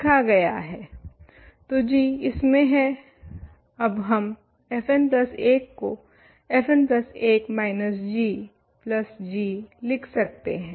तो g इसमें है अब हम fn प्लस 1 को fn plus 1 minus g plus g लिख सकते हें